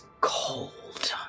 cold